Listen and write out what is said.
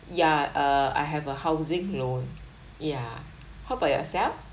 ya uh I have a housing loan yeah how about yourself